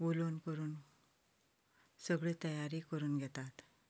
उलोवन करून सगळी तयारी करून घेतात